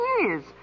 years